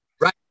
Right